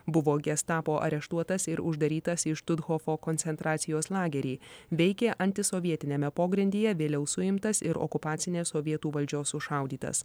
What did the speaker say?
buvo gestapo areštuotas ir uždarytas į štuthofo koncentracijos lagerį veikė antisovietiniame pogrindyje vėliau suimtas ir okupacinės sovietų valdžios sušaudytas